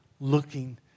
looking